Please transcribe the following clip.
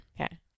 Okay